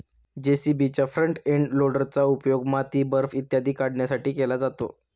जे.सी.बीच्या front end लोडरचा उपयोग माती, बर्फ इत्यादी काढण्यासाठीही केला जातो